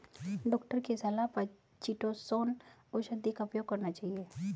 doctor की सलाह पर चीटोसोंन औषधि का उपयोग करना चाहिए